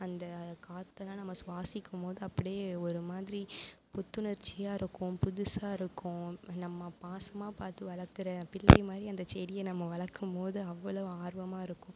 அந்த காத்தெல்லாம் நம்ம சுவாசிக்கும் மோது அப்படியே ஒரு மாதிரி புத்துணர்ச்சியாகருக்கும் புதுசாகருக்கும் நம்ம பாசமாக பார்த்து வளர்க்குற பிள்ளைங்க மாதிரி அந்த செடியை நம்ம வளர்க்கும் மோது அவ்வளவு ஆர்வமாகருக்கும்